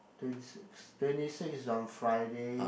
twenty six twenty six is on Friday